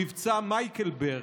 מבצע מייקלברג.